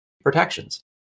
protections